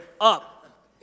up